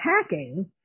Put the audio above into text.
attacking